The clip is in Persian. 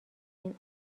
این